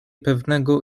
pewnego